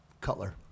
Cutler